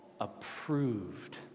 approved